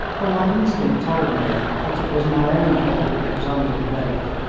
for my instinct told me that it was my own fate which was under debate.